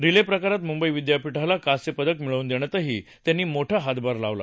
relay प्रकारात मुंबई विद्यापीठाला कांस्य पदक मिळवून देण्यातही त्यांनी मोठा हातभार लावला